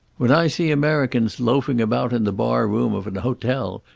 when i see americans loafing about in the bar-room of an hotel,